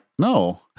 No